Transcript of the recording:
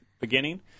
beginning